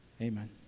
Amen